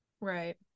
Right